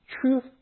Truth